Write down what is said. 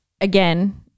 again –